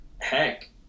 Heck